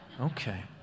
Okay